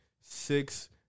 Six